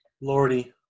Lordy